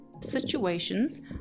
Situations